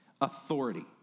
Authority